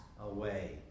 away